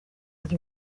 njye